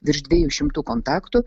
virš dviejų šimtų kontaktų